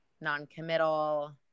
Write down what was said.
non-committal